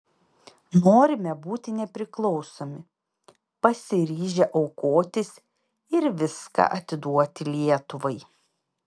norime būti nepriklausomi pasiryžę aukotis ir viską atiduoti lietuvai